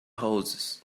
horses